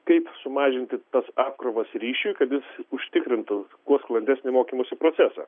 kaip sumažinti tas apkrovas ryšiui kad jis užtikrintų kuo sklandesnį mokymosi procesą